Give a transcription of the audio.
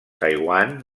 taiwan